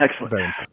Excellent